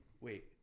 Wait